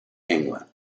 england